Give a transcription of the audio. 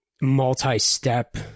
multi-step